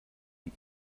wie